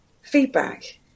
feedback